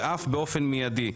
ואף באופן מיידי.